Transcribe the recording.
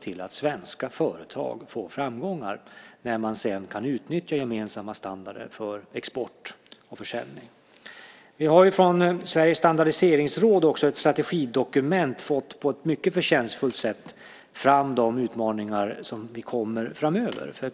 till att svenska företag får framgångar när man kan utnyttja gemensamma standarder för export och försäljning. Från Sveriges Standardiseringsråd har vi i ett strategidokument på ett mycket förtjänstfullt sätt fått fram de utmaningar som kommer framöver.